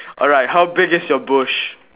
alright how big is your bush